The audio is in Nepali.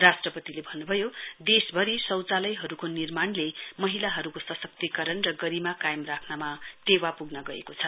राष्ट्रपतिले भन्नुभयो देशभरि शौचालयहरूको निर्माणले महिलाहरूको सशक्तीकरण र गरिमा कायम राख्नमा टेवा पुग्न गएको छ